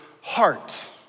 heart